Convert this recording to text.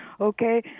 okay